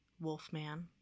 wolfman